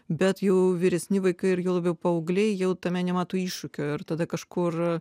bet jau vyresni vaikai ir juo labiau paaugliai jau tame nemato iššūkio ir tada kažkur